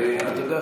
אתה יודע,